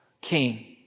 King